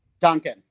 Duncan